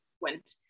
went